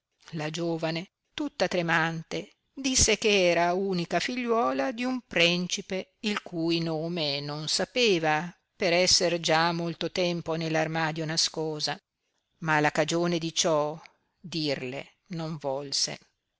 la giovane tutta tremante disse che era unica figliuola di un prencipe il cui nome non sapeva per esser già molto tempo ne l'armaio nascosa ma la cagione di ciò dirle non volse